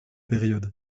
périodes